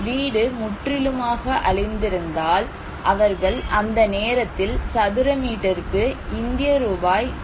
வீடு முற்றிலுமாக அழிந்திருந்தால் அவர்கள் அந்த நேரத்தில் சதுர மீட்டருக்கு இந்திய ரூபாய் ரூ